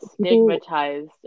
stigmatized